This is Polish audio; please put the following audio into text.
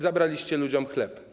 Zabraliście ludziom chleb.